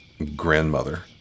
grandmother